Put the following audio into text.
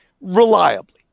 reliably